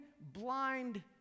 blind